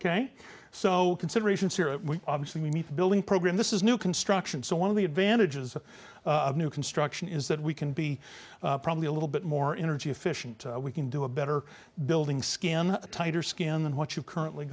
ok so considerations here we obviously need a building program this is new construction so one of the advantages of new construction is that we can be probably a little bit more energy efficient we can do a better building skin tighter skin than what you currently